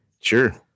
Sure